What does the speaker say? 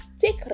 Take